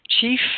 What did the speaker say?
chief